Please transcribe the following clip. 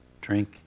drink